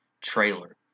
trailer